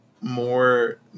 more